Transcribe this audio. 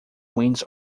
winds